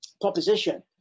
proposition